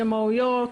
לשמאויות,